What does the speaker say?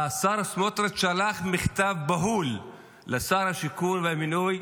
השר סמוטריץ' שלח מכתב בהול לשר השיכון והבינוי,